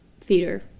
theater